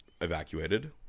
evacuated